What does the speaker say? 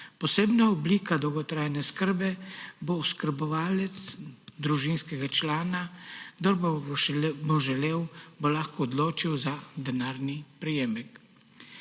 Posebna oblika dolgotrajne oskrbe bo oskrbovalec družinskega člana, kdor bo želel, se bo lahko odločil za denarni prejemek.